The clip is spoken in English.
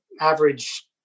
average